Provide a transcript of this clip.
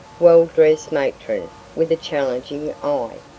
well-dressed matron with a challenging eye.